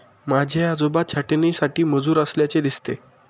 माझे आजोबा छाटणीसाठी मजूर असल्याचे दिसते